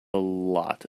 lot